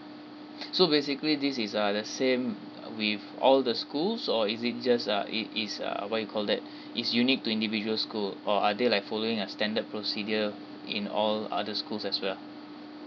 so basically this is err the same with all the schools or is it just uh it is uh what you call that is unique to individual school or are they like following a standard procedure in all other schools as well